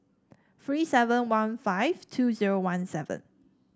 three seven one five two zero one seven